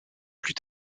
plus